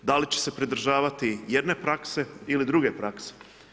Da li će se pridržavati jedne prakse ili druge prakse?